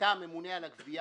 הממונה על הגבייה,